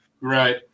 Right